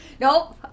Nope